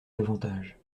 davantage